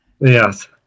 Yes